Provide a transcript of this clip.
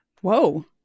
Whoa